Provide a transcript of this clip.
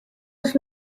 was